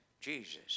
Jesus